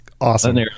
Awesome